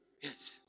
Yes